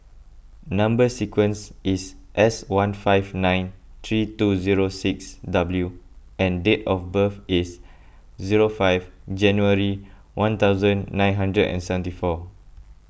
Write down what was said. Number Sequence is S one five nine three two zero six W and date of birth is zero five January one thousand nine hundred and seventy four